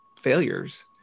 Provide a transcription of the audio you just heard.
failures